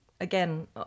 Again